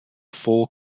full